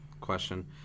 question